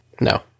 No